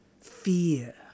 fear